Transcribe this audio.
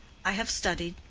i have studied,